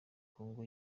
congo